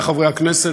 חברי חברי הכנסת,